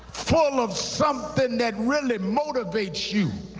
full of something that really motivates you,